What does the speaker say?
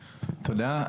תודה.